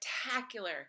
spectacular